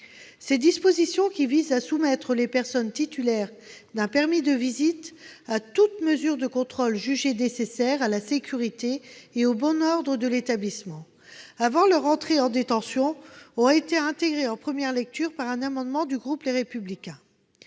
Ces dispositions, qui visent à soumettre les personnes titulaires d'un permis de visite à toute mesure de contrôle jugée nécessaire à la sécurité et au bon ordre de l'établissement avant leur entrée en détention, ont été intégrées, en première lecture, à la suite de l'adoption d'un amendement du groupe Les Républicains.